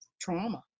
trauma